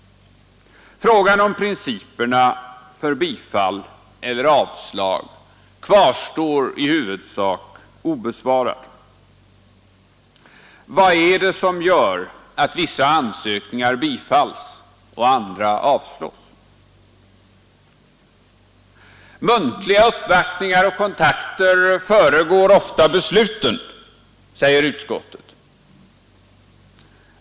Frågan om principerna för bifall eller avslag kvarstår i huvudsak obesvarad. Vad är det som gör att vissa ansökningar bifalls och andra avslås? Muntliga uppvaktningar och kontakter föregår ofta besluten, säger utskottet.